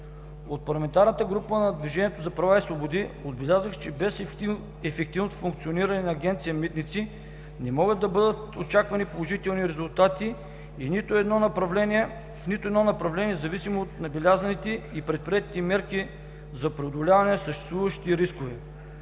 От парламентарната група на „Движението за права и свободи“ отбелязаха, че без ефективното функциониране на Агенция „Митници“ не могат да бъдат очаквани положителни резултати в нито едно направление, независимо от набелязаните и предприетите мерки за преодоляване на съществуващи рискове.